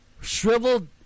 shriveled